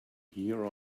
here